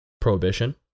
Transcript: prohibition